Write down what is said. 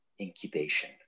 incubation